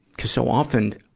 cuz so often,